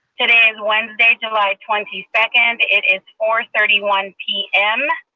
today is wednesday, july twenty second, it is four thirty one pm,